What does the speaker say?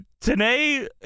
today